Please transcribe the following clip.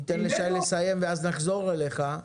ניתן לשי לסיים, ואז נחזור אליך.